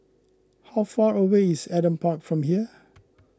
how far away is Adam Park from here